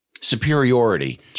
superiority